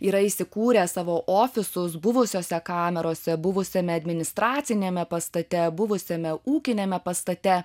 yra įsikūrę savo ofisus buvusiose kamerose buvusiame administraciniame pastate buvusiame ūkiniame pastate